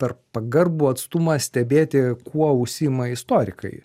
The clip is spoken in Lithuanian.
per pagarbų atstumą stebėti kuo užsiima istorikai